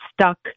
stuck